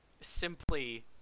simply